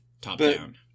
top-down